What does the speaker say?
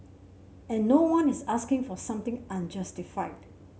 and no one is asking for something unjustified